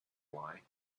why